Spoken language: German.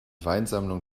weinsammlung